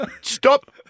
Stop